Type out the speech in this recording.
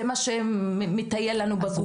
זה מה שמטייל לנו בגוגל.